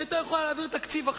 הם לא דיווחו על כך כפי שצריך,